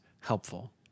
helpful